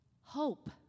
Hope